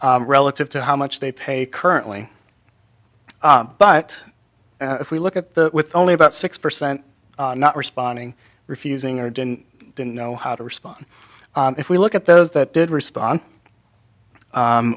relative to how much they paid currently but if we look at the with only about six percent not responding refusing or didn't didn't know how to respond if we look at those that did respond